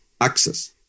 access